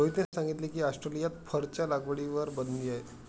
रोहितने सांगितले की, ऑस्ट्रेलियात फरच्या लागवडीवर बंदी आहे